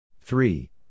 Three